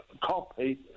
copy